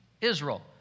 Israel